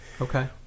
Okay